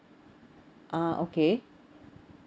uh okay